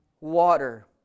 water